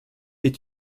est